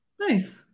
nice